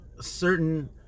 certain